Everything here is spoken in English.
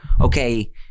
okay